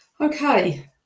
Okay